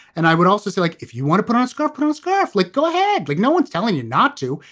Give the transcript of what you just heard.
and i would also say, like, if you want to put on scorpion's catholic go ahead. look, no one's telling you not to.